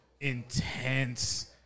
intense